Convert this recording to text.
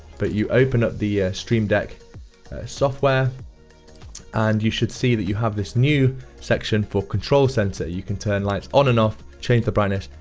but you open up the stream deck software and you should see that you have this new section for control center. you can turn lights on and off, change the brightness,